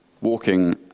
walking